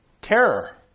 terror